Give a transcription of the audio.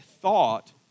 thought